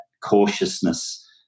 cautiousness